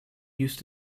used